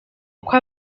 uko